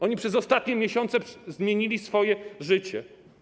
Oni przez ostatnie miesiące zmienili swoje życie.